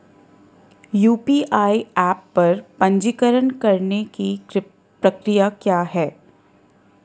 UPI app पर पंजीकरण करने की प्रक्रिया क्या है?